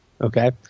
okay